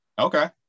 Okay